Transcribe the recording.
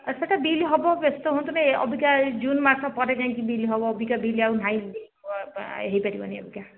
ଆଉ ସେହିଟା ବିଲ୍ ହେବ ବ୍ୟସ୍ତ ହୁଅନ୍ତୁନି ଅବିକା ଏହି ଜୁନ ମାସ ପରେ ଯାଇକି ବିଲ୍ ହେବ ଅବିକା ବିଲ୍ ଆଉ ନାହିଁ ହୋଇପାରିବନି ଅବିକା